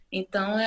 então